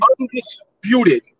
Undisputed